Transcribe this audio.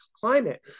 climate